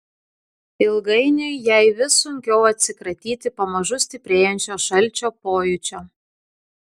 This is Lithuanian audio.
ilgainiui jai vis sunkiau atsikratyti pamažu stiprėjančio šalčio pojūčio